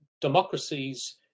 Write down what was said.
democracies